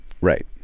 Right